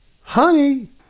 Honey